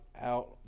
out